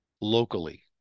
Locally